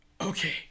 Okay